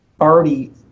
already